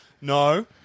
No